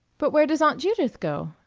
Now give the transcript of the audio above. but where does aunt judith go?